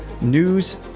news